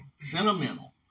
sentimental